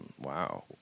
Wow